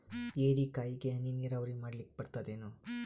ಹೀರೆಕಾಯಿಗೆ ಹನಿ ನೀರಾವರಿ ಮಾಡ್ಲಿಕ್ ಬರ್ತದ ಏನು?